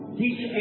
teach